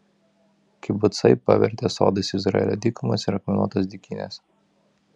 kibucai pavertė sodais izraelio dykumas ir akmenuotas dykynes